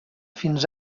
fins